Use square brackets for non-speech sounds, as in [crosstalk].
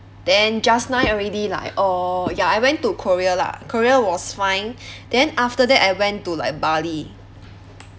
then just nine already like uh ya I went to korea lah korea was fine [breath] then after that I went to like bali